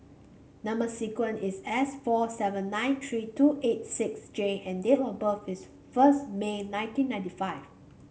number sequence is S four seven nine three two eight six J and date of birth is first May nineteen ninety five